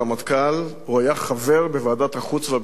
הוא היה חבר בוועדת החוץ והביטחון של הכנסת.